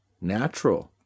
natural